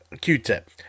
Q-tip